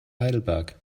heidelberg